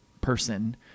person